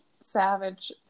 savage